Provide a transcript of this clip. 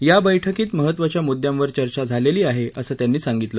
या बैठकीत महत्वाच्या मुद्द्यांवर चर्चा झालेली आहे असं त्यांनी सांगितलं